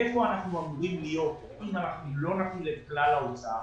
היכן אנחנו אמורים להיות אם אנחנו לא נפעיל את כלל ההוצאה,